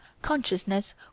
Consciousness